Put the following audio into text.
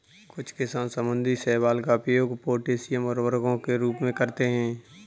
कुछ किसान समुद्री शैवाल का उपयोग पोटेशियम उर्वरकों के रूप में करते हैं